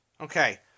Okay